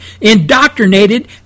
indoctrinated